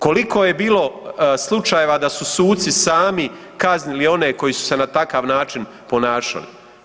Koliko je bilo slučajeva da su suci sami kaznili one koje koji su se na takav način ponašali.